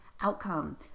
outcome